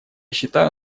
считаю